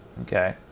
okay